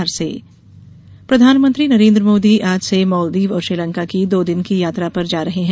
मोदी यात्रा प्रधानमंत्री नरेंद्र मोदी आज से मालदीव और श्रीलंका की दो दिन की यात्रा पर जा रहे हैं